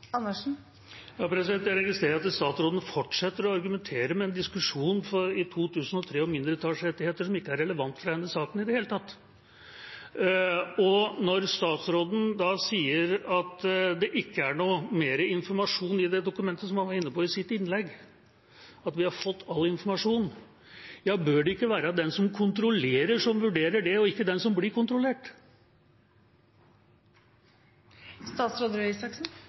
Jeg registrerer at statsråden fortsetter å argumentere med utgangspunkt i en diskusjon fra 2003 om mindretallsrettigheter, som ikke er relevant for denne saken i det hele tatt. Når statsråden sier at det ikke er noe mer informasjon i det dokumentet, som han var inne på i sitt innlegg – at vi har fått all informasjon: Bør det ikke være den som kontrollerer, som vurderer det, ikke den som blir